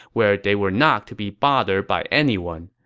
where they were not to be bothered by anyone.